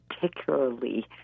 particularly